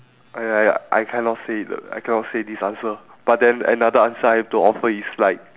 !aiya! I cannot say the I cannot say this answer but then another answer I've to offer is like